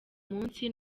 munsi